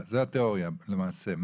זו התאוריה, למעשה.